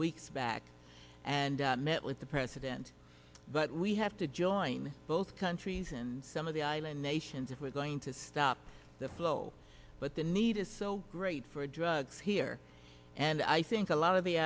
weeks back and met with the president but we have to join both countries and some of the island nations if we're going to stop the flow but the need is so great for drugs here and i think a lot of the